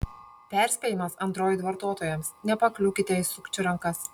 perspėjimas android vartotojams nepakliūkite į sukčių rankas